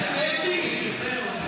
הייתם.